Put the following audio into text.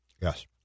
Yes